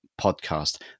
podcast